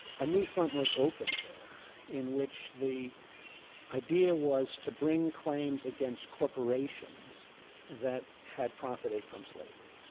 a new front was opened there in which the idea was to bring claims against corporations that had profited from slavery.